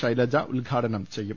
ശൈ ലജ ഉദ്ഘാടനം ചെയ്യും